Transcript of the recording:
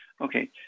Okay